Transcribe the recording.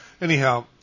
Anyhow